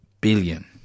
billion